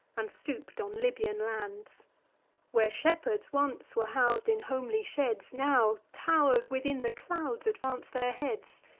and stoop'd on libyan lands where shepherds once were hous'd in homely sheds, now tow'rs within the clouds advance their heads.